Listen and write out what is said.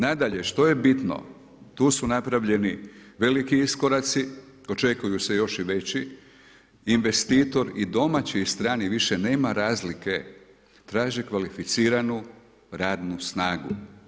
Nadalje, što je bitno, tu su napravljeni veliki iskoraci, očekuju se još i veći, investitor i domaći i strani više nema razlike, traži kvalificiranu radnu snagu.